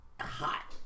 Hot